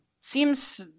Seems